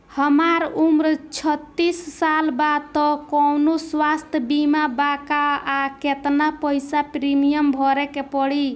हमार उम्र छत्तिस साल बा त कौनों स्वास्थ्य बीमा बा का आ केतना पईसा प्रीमियम भरे के पड़ी?